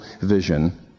vision